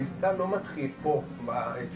בוקר טוב לכולם.